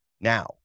now